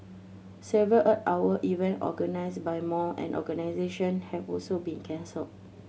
several Earth Hour event organised by mall and organisation have also been cancelle